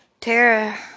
Tara